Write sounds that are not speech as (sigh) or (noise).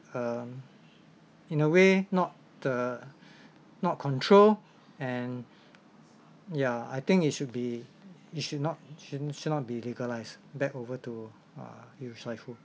um in a way not the (breath) not control and ya I think it should be it should not should not be legalised back over to uh you saiful